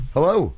Hello